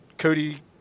Cody